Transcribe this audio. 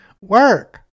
Work